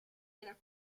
era